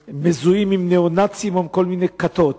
מזוהים עם ניאו-נאצים ועם כל מיני כיתות.